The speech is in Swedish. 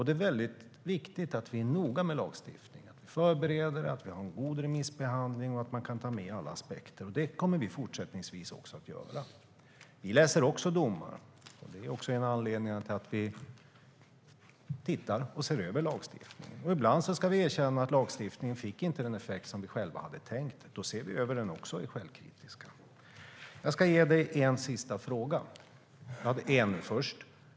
Det är väldigt viktigt att vi är noga med lagstiftningen, att vi förbereder, att vi har en god remissbehandling och att vi kan ta med alla aspekter. Det kommer vi att göra även fortsättningsvis. Vi läser också domar. Det är en anledning till att vi tittar på och ser över lagstiftningen. Ibland får vi erkänna att lagstiftningen inte fick den effekt som vi själva hade tänkt. Då ser vi över den också och är självkritiska. Jag ska ge dig en sista fråga, Kent Ekeroth.